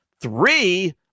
Three